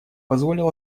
позволил